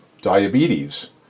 diabetes